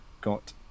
got